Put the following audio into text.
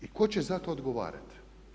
I tko će za to odgovarati?